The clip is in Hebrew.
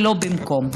ולא במקום.